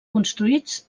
construïts